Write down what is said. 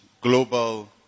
global